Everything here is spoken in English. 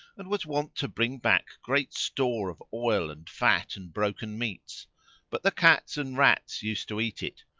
and was wont to bring back great store of oil and fat and broken meats but the cats and rats used to eat it,